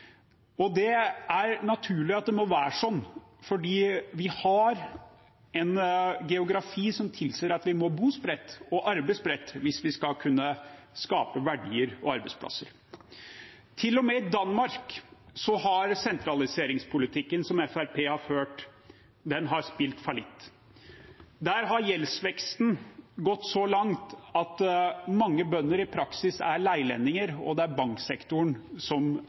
Det er naturlig at det må være sånn, fordi vi har en geografi som tilsier at vi må bo spredt og arbeide spredt hvis vi skal kunne skape verdier og arbeidsplasser. Til og med i Danmark har sentraliseringspolitikken som Fremskrittspartiet har ført, spilt fallitt. Der har gjeldsveksten gått så langt at mange bønder i praksis er leilendinger, og det er banksektoren som